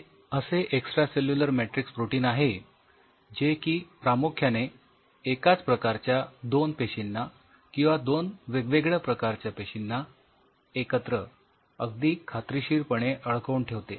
हे असे extracellular matrix protein आहे जे की प्रामुख्याने एकाच प्रकारच्या दोन पेशींना किंवा दोन वेगवेगळ्या प्रकारच्या पेशींना एकत्र अगदी खात्रीशीरपणे अडकवून ठेवते